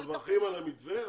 אנחנו מברכים על המתווה,